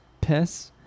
piss